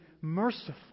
merciful